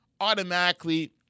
automatically